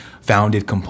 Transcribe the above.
founded